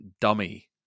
dummy